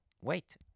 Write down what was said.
Wait